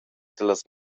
dallas